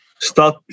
start